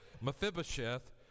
Mephibosheth